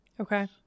Okay